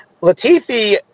Latifi